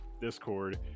discord